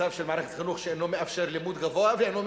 מערכת חינוך שאינה מאפשרת לימודים גבוהים וגם